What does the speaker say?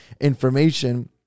information